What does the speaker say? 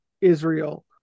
Israel